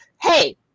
hey